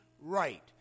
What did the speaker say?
right